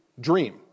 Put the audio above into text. dream